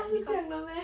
他会骗的 meh